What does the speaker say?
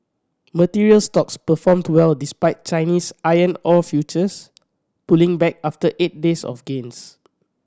materials stocks performed well despite Chinese iron ore futures pulling back after eight days of gains